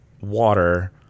water